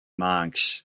monks